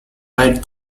right